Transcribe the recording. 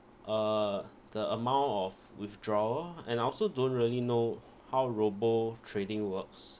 uh the amount of withdrawal and I also don't really know how robo trading works